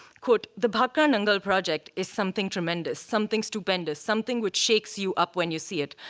quote, the bhakra nangal project is something tremendous, something stupendous, something which shakes you up when you see it.